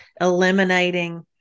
eliminating